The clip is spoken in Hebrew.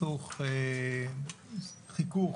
חיכוך